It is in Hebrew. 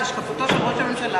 את השקפתו של ראש הממשלה,